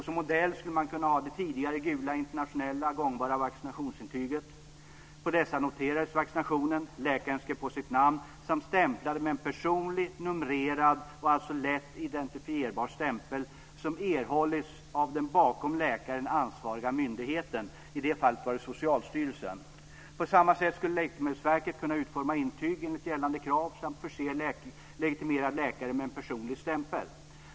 Som modell kan man ha de tidigare gula internationellt gångbara vaccinationsintygen. På dessa noterades vaccinationerna. Läkaren skrev på sitt namn och stämplade med en personlig, numrerad och alltså lätt identifierbar stämpel som erhållits av den bakom läkaren ansvariga myndigheten. I detta fall är det Socialstyrelsen. På samma sätt skulle Läkemedelsverket kunna utforma ett intyg enligt gällande krav och förse legitimerad läkare med en personlig stämpel.